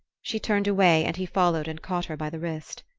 she turned away, and he followed and caught her by the wrist.